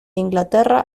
inglaterra